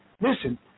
Listen